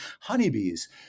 honeybees